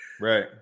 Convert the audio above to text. Right